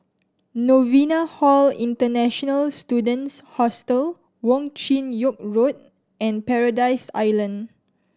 Novena Hall International Students Hostel Wong Chin Yoke Road and Paradise Island